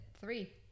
Three